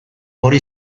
hori